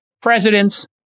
Presidents